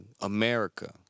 America